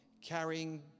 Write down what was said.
carrying